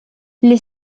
les